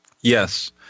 Yes